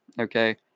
okay